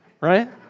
right